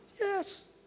Yes